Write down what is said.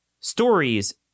stories